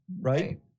right